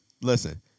listen